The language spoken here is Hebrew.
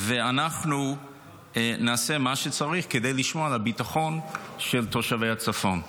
ואנחנו נעשה מה שצריך כדי לשמור על הביטחון של תושבי הצפון.